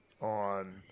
on